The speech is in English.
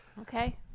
Okay